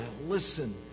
listen